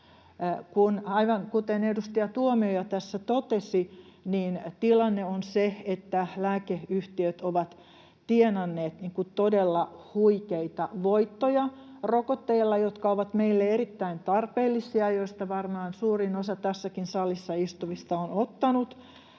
kuten edustaja Tuomioja tässä totesi, niin tilanne on se, että lääkeyhtiöt ovat tienanneet todella huikeita voittoja rokotteilla, jotka ovat meille erittäin tarpeellisia, joita varmaan suurin osa tässäkin salissa istuvista